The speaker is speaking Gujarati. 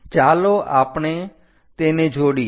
ચાલો આપણે તેને જોડીએ